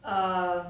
err